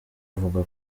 avuga